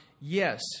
yes